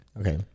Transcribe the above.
Okay